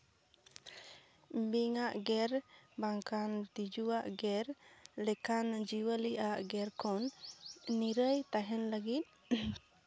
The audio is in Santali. ᱵᱤᱧᱟᱜ ᱜᱮᱨ ᱵᱟᱝᱠᱷᱟᱱ ᱛᱤᱡᱩᱣᱟᱜ ᱜᱮᱨ ᱞᱮᱠᱟᱱ ᱡᱤᱣᱟᱹᱞᱤᱣᱟᱜ ᱜᱮᱨ ᱠᱷᱚᱱ ᱱᱤᱨᱟᱹᱭ ᱛᱟᱦᱮᱱ ᱞᱟᱹᱜᱤᱫ